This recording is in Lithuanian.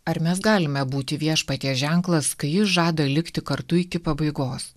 ar mes galime būti viešpaties ženklas kai jis žada likti kartu iki pabaigos